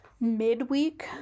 midweek